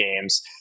games